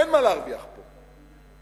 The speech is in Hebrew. אין מה להרוויח פה.